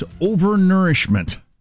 overnourishment